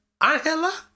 Angela